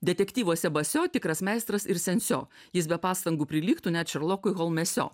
detektyvuose basio tikras meistras ir sensio jis be pastangų prilygtų net šerlokui holmsio